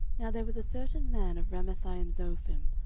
now there was a certain man of ramathaimzophim,